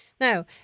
Now